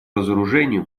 разоружению